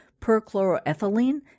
perchloroethylene